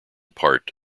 part